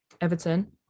Everton